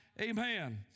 amen